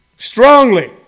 strongly